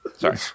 Sorry